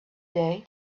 day